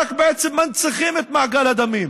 רק מנציחים את מעגל הדמים?